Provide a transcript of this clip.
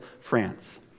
France